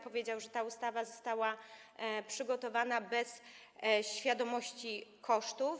Powiedział, że ta ustawa została przygotowana bez świadomości kosztów.